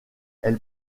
elle